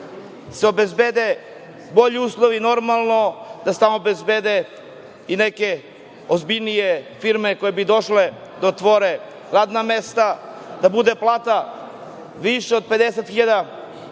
obezbede bolji uslovi, normalno, da se tamo obezbede i neke ozbiljnije firme koje bi došle da otvore radna mesta, da bude plata viša od 50.000.